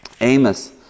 Amos